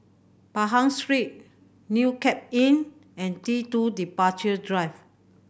Pahang Street New Cape Inn and T Two Departure Drive